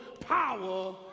power